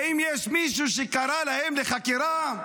האם יש מישהו שקרא להם לחקירה?